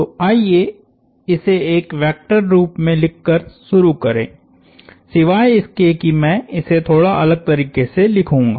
तो आइए इसे एक वेक्टर रूप में लिखकर शुरू करें सिवाय इसके कि मैं इसे थोड़ा अलग तरीके से लिखूंगा